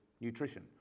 nutrition